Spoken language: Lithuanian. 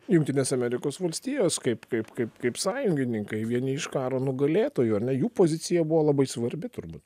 jungtinės amerikos valstijos kaip kaip kaip kaip sąjungininkai vieni iš karo nugalėtojų ar ne jų pozicija buvo labai svarbi turbūt